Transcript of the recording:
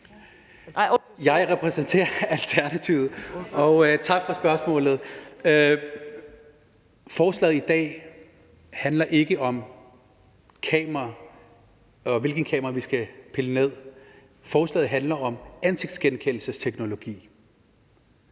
Jeg repræsenterer Alternativet. Tak for spørgsmålet. Forslaget i dag handler ikke om, hvilke kameraer vi skal pille ned. Forslaget handler om ansigtsgenkendelsesteknologi,